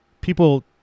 people